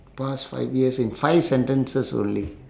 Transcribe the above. past five years in five sentences only